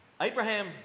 abraham